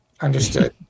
Understood